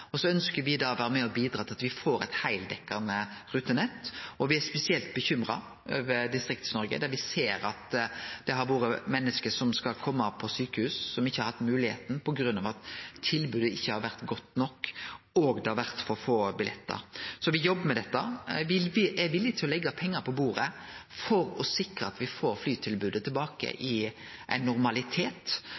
og me ønskjer å vere med og bidra til at me får eit heildekkjande rutenett. Me er spesielt bekymra over Distrikts-Noreg, der me ser at menneske som skulle på sjukehus, ikkje har hatt moglegheit til det på grunn av at tilbodet ikkje har vore godt nok, og det har vore for få billettar. Så me jobbar med dette. Me er villige til å leggje pengar på bordet for å sikre at me får flytilbodet tilbake i ein normalitet.